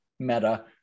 meta